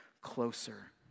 closer